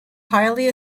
highly